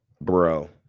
bro